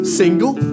single